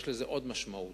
יש לזה עוד משמעות,